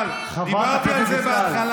חברת הכנסת דיסטל, דיברתי על זה בהתחלה,